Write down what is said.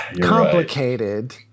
complicated